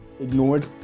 ignored